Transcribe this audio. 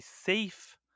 safe